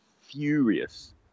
furious